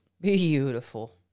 Beautiful